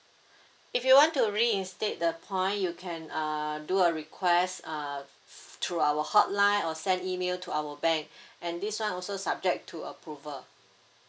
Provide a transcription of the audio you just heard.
if you want to reinstate the point you can uh do a request uh through our hotline or send email to our bank and this one also subject to approval